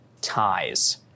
ties